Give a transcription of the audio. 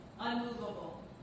Unmovable